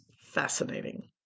fascinating